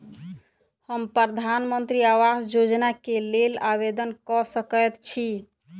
हम प्रधानमंत्री आवास योजना केँ लेल आवेदन कऽ सकैत छी?